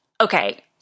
okay